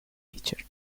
fisher